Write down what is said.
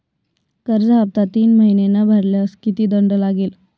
कर्ज हफ्ता तीन महिने न भरल्यास किती दंड लागेल?